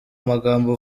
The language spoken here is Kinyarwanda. magambo